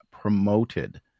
promoted